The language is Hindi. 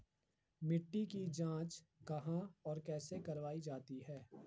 मिट्टी की जाँच कहाँ और कैसे करवायी जाती है?